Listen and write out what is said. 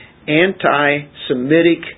anti-Semitic